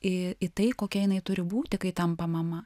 į tai kokia jinai turi būti kai tampa mama